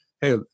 hey